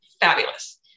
fabulous